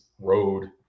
road